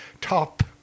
top